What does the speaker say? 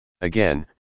Again